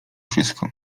wszystko